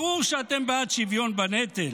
ברור שאתם בעד שוויון בנטל,